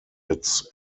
its